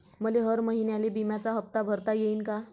मले हर महिन्याले बिम्याचा हप्ता भरता येईन का?